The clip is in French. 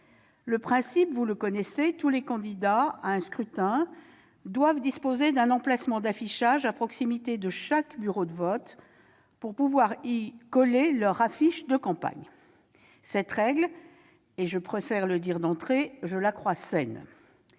le principe : tous les candidats à un scrutin doivent disposer d'un emplacement d'affichage à proximité de chaque bureau de vote pour pouvoir y coller leur affiche de campagne. Cette règle, et je préfère le dire d'entrée, je la crois saine.